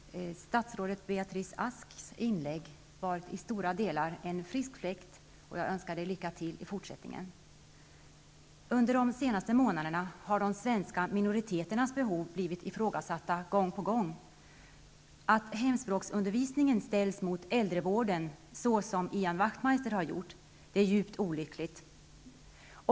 Herr talman! Statsrådet Beatrice Asks inlägg var i stora delar en frisk fläkt, och jag önskar henne lycka till i fortsättningen. Under de senaste månaderna har de svenska minoriteternas behov blivit ifrågasatta gång på gång. Att hemspråksundervisningen ställs mot äldrevården, såsom Ian Wachtmeister har gjort, är djupt olyckligt.